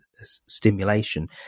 stimulation